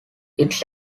its